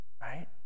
right